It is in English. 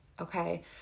Okay